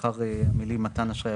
לאחר המילים "מתן אשראי",